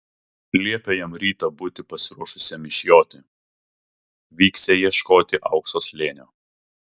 liepė jam rytą būti pasiruošusiam išjoti vyksią ieškoti aukso slėnio